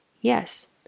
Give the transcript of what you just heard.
yes